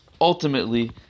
ultimately